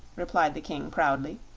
replied the king, proudly.